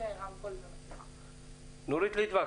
נורית ליטבק,